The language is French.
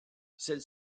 celle